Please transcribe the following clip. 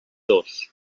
dos